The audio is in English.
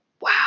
wow